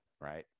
right